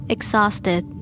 Exhausted